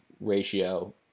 ratio